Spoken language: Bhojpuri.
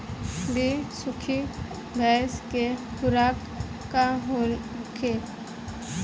बिसुखी भैंस के खुराक का होखे?